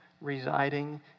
residing